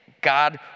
God